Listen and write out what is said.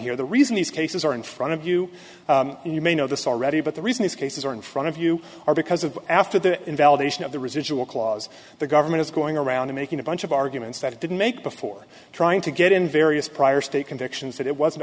here the reason these cases are in front of you and you may know this already but the reason is cases are in front of you are because of after the invalidation of the residual clause the government is going around making a bunch of arguments that it didn't make before trying to get in various prior state convictions that it wasn't